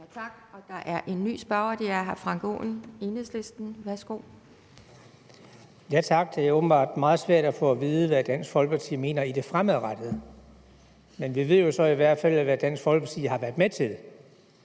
Tak. Der er en ny spørger, og det er hr. Frank Aaen, Enhedslisten. Værsgo. Kl. 11:17 Frank Aaen (EL): Tak. Det er åbenbart meget svært at få at vide, hvad Dansk Folkeparti mener med hensyn til det fremadrettede, men vi ved jo så i hvert fald, hvad Dansk Folkeparti har været med til.